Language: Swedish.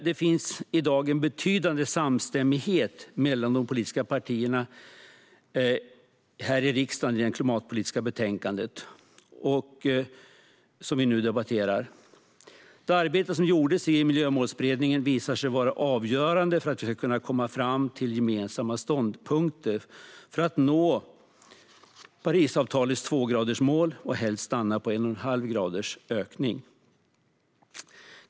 Det finns i dag en betydande samstämmighet mellan de politiska partierna här i riksdagen när det gäller det klimatpolitiska betänkande som vi nu debatterar. Det arbete som gjordes i Miljömålsberedningen visar sig vara avgörande för att vi ska kunna komma fram till gemensamma ståndpunkter för att nå Parisavtalets tvågradersmål och helst stanna på en och en halv grads ökning.